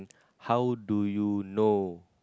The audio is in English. how do you know